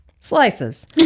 Slices